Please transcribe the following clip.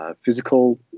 physical